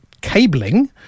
cabling